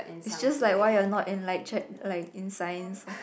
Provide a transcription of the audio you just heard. it's just like why you're not in like check like science